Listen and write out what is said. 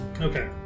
Okay